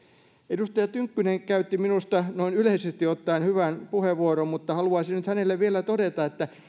edustaja tynkkynen käytti minusta noin yleisesti ottaen hyvän puheenvuoron mutta haluaisin nyt hänelle vielä todeta että